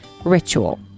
ritual